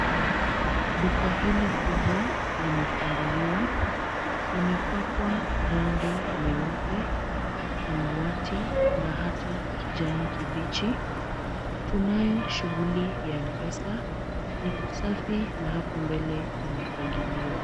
Duka hili kubwa limefunguliwa. Imepakwa rangi nyeupe, samawati na ata kijani kibichi. Tunayo shughuli ya Mpesa. Ni kusafi na hapo mbele imefagiliwa.